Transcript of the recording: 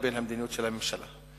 לבין מדיניות הממשלה.